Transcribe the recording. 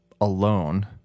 alone